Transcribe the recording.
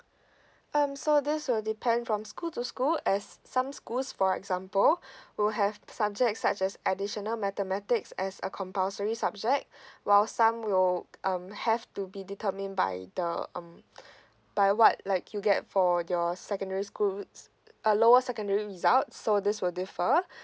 um so this will depend from school to school as some schools for example will have subject such as additional mathematics as a compulsory subject while some will um have to be determined by the um by what like you get for your secondary school a lower secondary result so this will differ